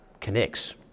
connects